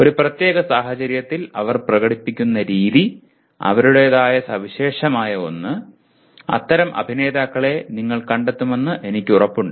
ഒരു പ്രത്യേക സാഹചര്യത്തിൽ അവർ പ്രകടിപ്പിക്കുന്ന രീതി അവരുടേതായ സവിശേഷമായ ഒന്ന് അത്തരം അഭിനേതാക്കളെ നിങ്ങൾ കണ്ടെത്തുമെന്ന് എനിക്ക് ഉറപ്പുണ്ട്